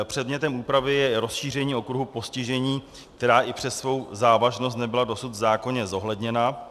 Předmětem úpravy je rozšíření okruhu postižení, která i přes svou závažnost nebyla dosud v zákoně zohledněna.